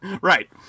right